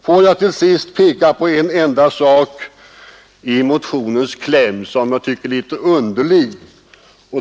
Får jag till sist peka på en formulering i motionens kläm som jag tycker är litet underlig.